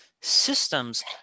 systems